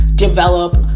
develop